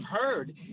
heard